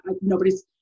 nobody's